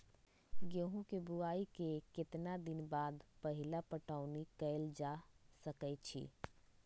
गेंहू के बोआई के केतना दिन बाद पहिला पटौनी कैल जा सकैछि?